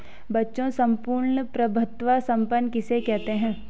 बच्चों सम्पूर्ण प्रभुत्व संपन्न किसे कहते हैं?